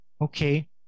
okay